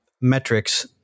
metrics